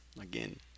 Again